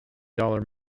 dollar